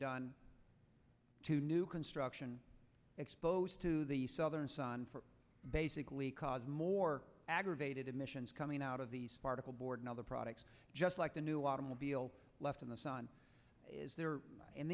done to new construction exposed to the southern sun for basically cause more aggravated emissions coming out of these particles board and other products just like the new automobile left in the sun is there and